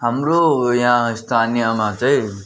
हाम्रो यहाँ स्थानीयमा चाहिँ